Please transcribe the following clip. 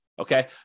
Okay